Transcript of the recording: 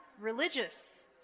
religious